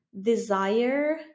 desire